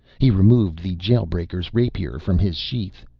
he removed the jail-breaker's rapier from his sheath.